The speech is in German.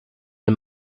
den